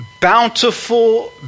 bountiful